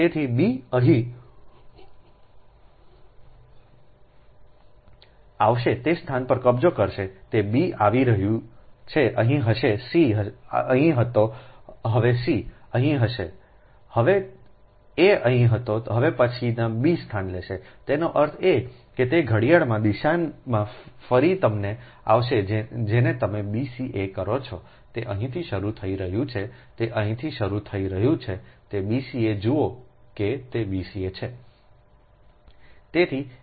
તેથી b અહીં આવશે તે સ્થાન પર કબજો કરશે તે b આવી રહ્યું છે અહીં હશે c અહીં હતો હવે c અહીં હશે હવે એ અહીં હતો હવે પછીનું b સ્થાન લેશેતેનો અર્થ એ કે તે ઘડિયાળની દિશામાં ફરી તમને આવશે જેને તમે bca કરો છો તે અહીંથી શરૂ થઈ રહ્યું છે તે અહીંથી શરૂ થઈ રહ્યું છે તે bca જુઓ કે તે bca છે